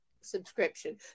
subscription